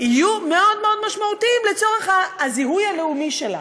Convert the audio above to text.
יהיו מאוד מאוד משמעותיים לצורך הזיהוי הלאומי שלה.